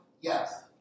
Yes